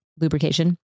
lubrication